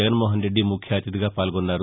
జగన్మోహనరెద్ది ముఖ్య అతిథిగా పాల్గొన్నారు